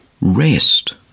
rest